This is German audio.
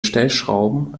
stellschrauben